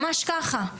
ממש כך.